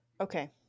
Okay